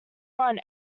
front